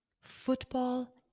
football